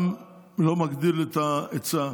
גם לא מגדיל את ההיצע,